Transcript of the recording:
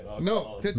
No